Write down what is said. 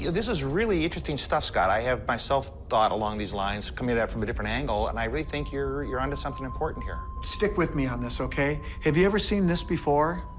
yeah this is really interesting stuff, scott. i have, myself, thought along these lines, coming at it from a different angle. and i really think you're you're onto something important here. stick with me on this, okay? have you ever seen this before?